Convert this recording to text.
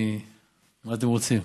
מה אתם רוצים?